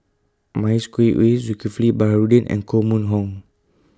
Mavis Khoo Oei Zulkifli Baharudin and Koh Mun Hong